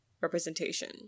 representation